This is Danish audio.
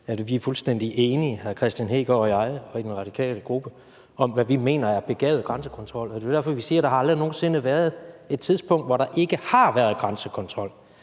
Vermund ved godt, at hr. Kristian Hegaard og jeg og den radikale gruppe er fuldstændige enige om, hvad vi mener er begavet grænsekontrol, og det er derfor, vi siger, at der aldrig nogen sinde har været et tidspunkt, hvor der ikke har været grænsekontrol.